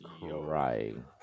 crying